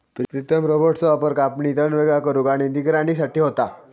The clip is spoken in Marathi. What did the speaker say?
प्रीतम रोबोट्सचो वापर कापणी, तण वेगळा करुक आणि निगराणी साठी होता